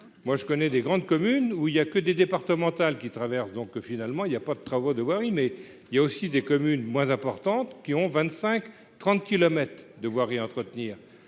moi je connais des grandes communes où il y a que des départementales qui traversent donc finalement il y a pas de travaux de voirie mais il y a aussi des communes moins importantes qui ont 25 30 kilomètres de voirie entretenir